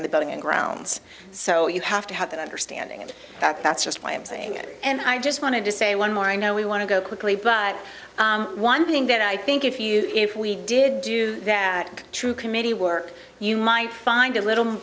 in the building and grounds so you have to have that understanding and that that's just why i'm saying it and i just wanted to say one more i know we want to go quickly but one thing that i think if you if we did do that true committee work you might find a little